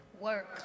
work